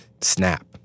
snap